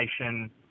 nation